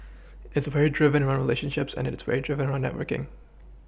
it's very driven around relationships and it's very driven around networking